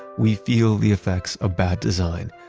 we feel the effects of bad design,